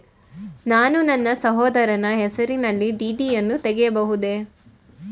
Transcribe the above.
ನಾನು ನನ್ನ ಸಹೋದರನ ಹೆಸರಿನಲ್ಲಿ ಡಿ.ಡಿ ಯನ್ನು ತೆಗೆಯಬಹುದೇ?